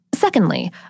Secondly